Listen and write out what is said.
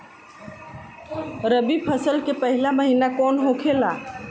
रबी फसल के पहिला महिना कौन होखे ला?